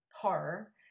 horror